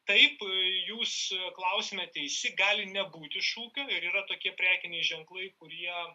taip jūs klausime teisi gali nebūti šūkių ir yra tokie prekiniai ženklai kurie